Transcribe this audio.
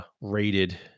rated